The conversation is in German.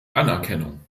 anerkennung